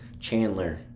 Chandler